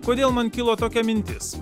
kodėl man kilo tokia mintis